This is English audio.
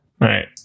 right